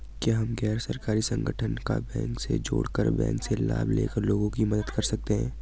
क्या हम गैर सरकारी संगठन को बैंक से जोड़ कर बैंक से लाभ ले कर लोगों की मदद कर सकते हैं?